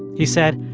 he said,